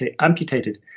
amputated